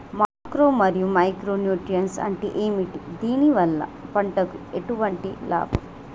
Macro మరియు micro nutrients అంటే ఏమిటి? దీనివల్ల పంటకు ఎటువంటి లాభం?